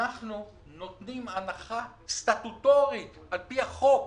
אנחנו נותנים הנחה סטטוטורית, על פי החוק,